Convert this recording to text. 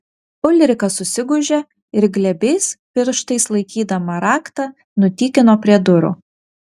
ulrika susigūžė ir glebiais pirštais laikydama raktą nutykino prie durų